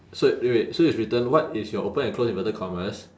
so wait wait so it's written what is your open and close inverted commas